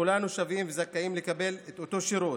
כולנו שווים וזכאים לקבל את אותו שירות,